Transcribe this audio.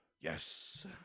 Yes